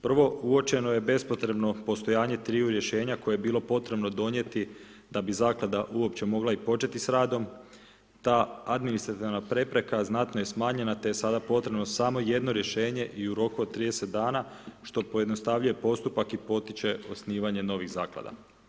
Prvo uočeno je bespotrebno postojanje 3 rješenja, koje je bilo potrebno donijeti, da bi zaklada uopće mogla početi s radom, ta administrativna prepreka, znatno je smanjena, te je sad potrebno, samo jedno rješenje i u roku od 30 dana, što pojednostavljuje postupak i potiče osnivanje novih zaklada.